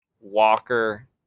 Walker